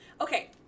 Okay